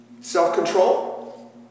Self-control